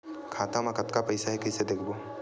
खाता मा कतका पईसा हे कइसे देखबो?